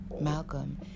Malcolm